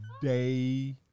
Day